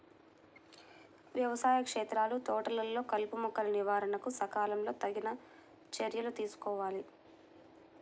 వ్యవసాయ క్షేత్రాలు, తోటలలో కలుపుమొక్కల నివారణకు సకాలంలో తగిన చర్యలు తీసుకోవాలి